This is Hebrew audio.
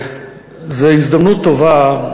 זו הזדמנות טובה,